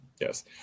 yes